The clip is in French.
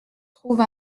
trouve